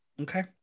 Okay